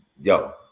yo